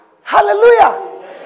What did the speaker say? Hallelujah